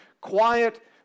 quiet